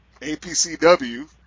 APCW